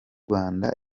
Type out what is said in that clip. rwanda